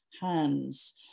hands